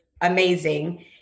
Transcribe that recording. amazing